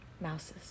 Mouses